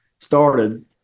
started